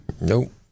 nope